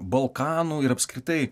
balkanų ir apskritai